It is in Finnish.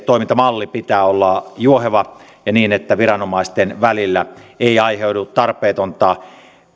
toimintamallin pitää olla juoheva ja sellainen että viranomaisten välillä ei aiheudu tarpeetonta